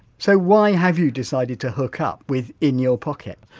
so why have you decided to hook up with in your pocket?